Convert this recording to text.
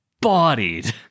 bodied